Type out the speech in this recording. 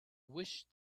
wish